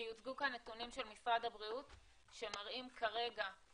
כי הוצגו כאן נתונים של משרד הבריאות שמראים כרגע,